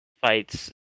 fights